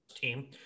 team